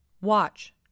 Watch